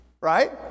right